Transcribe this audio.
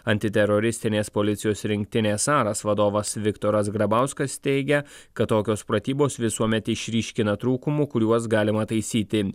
antiteroristinės policijos rinktinės aras vadovas viktoras grabauskas teigia kad tokios pratybos visuomet išryškina trūkumų kuriuos galima taisyti